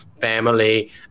family